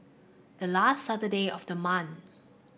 the last Saturday of the month